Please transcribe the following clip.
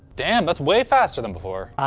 damn, that's way faster than before.